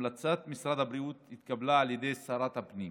המלצת משרד הבריאות התקבלה על ידי שרת הפנים.